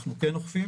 אנחנו כן אוכפים,